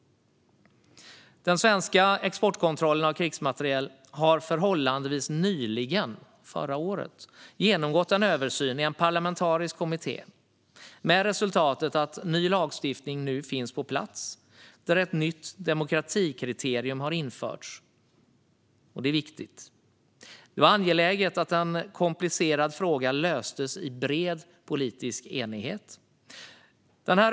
Den svenska exportkontrollen av krigsmateriel har förhållandevis nyligen, förra året, genomgått en översyn i en parlamentarisk kommitté, med resultatet att ny lagstiftning finns på plats där ett nytt demokratikriterium har införts. Det är viktigt. Det var angeläget att en komplicerad fråga löstes i bred politisk enighet.